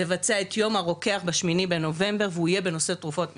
לבצע את יום הרוקח ב-8 בנובמבר והוא יהיה בנושא תרופות מרשם,